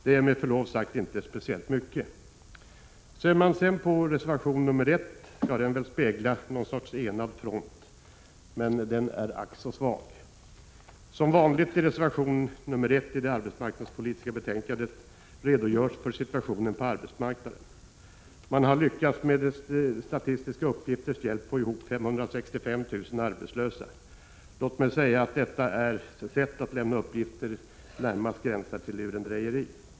Det är med förlov sagt inte speciellt mycket de borgerliga partierna kan enas om. I reservation 1 vill man ge sken av något slags enad front, men denna är ack så svag. Som vanligt i de arbetsmarknadspolitiska betänkandena redogör man i reservation 1 för situationen på arbetsmarknaden. Man har lyckats att 19 med hjälp av statistiska uppgifter komma fram till 565 000 arbetslösa. Låt mig säga att detta sätt att lämna uppgifter närmast gränsar till lurendrejeri.